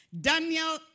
Daniel